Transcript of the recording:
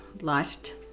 lost